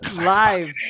Live